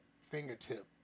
fingertip